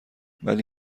ولی